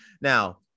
Now